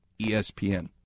ESPN